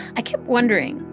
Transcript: i kept wondering,